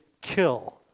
kill